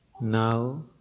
Now